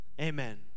amen